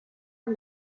amb